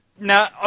Now